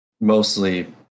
mostly